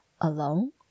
alone